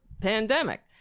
pandemic